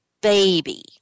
baby